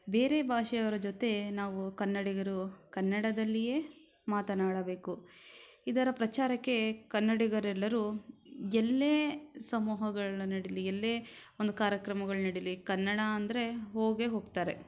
ಬೇರೆ ಭಾಷೆಯವರ ಜೊತೆ ನಾವು ಕನ್ನಡಿಗರು ಕನ್ನಡದಲ್ಲಿಯೇ ಮಾತನಾಡಬೇಕು ಇದರ ಪ್ರಚಾರಕ್ಕೆ ಕನ್ನಡಿಗರೆಲ್ಲರೂ ಎಲ್ಲೇ ಸಮೂಹಗಳು ನಡೀಲಿ ಎಲ್ಲೇ ಒಂದು ಕಾರ್ಯಕ್ರಮಗಳು ನಡೀಲಿ ಕನ್ನಡ ಅಂದರೆ ಹೋಗೇ ಹೋಗ್ತಾರೆ